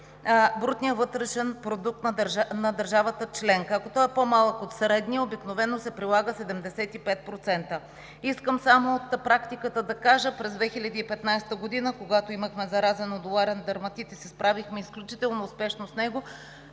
брутния вътрешен продукт на държавата членка. Ако той е по-малък от средния, обикновено се прилага 75%. За практиката. През 2015 г., когато имахме заразен модуларен дерматит, се справихме изключително успешно – нещо